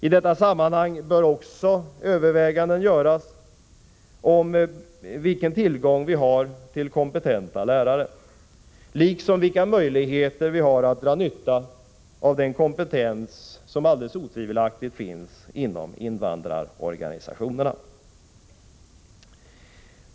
I detta sammanhang bör också övervägas vilken tillgång vi har på kompetenta lärare liksom vilka möjligheter vi har att dra nytta av den kompetens som alldeles otvivelaktigt finns inom invandrarorganisationerna.